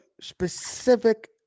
specific